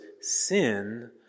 sin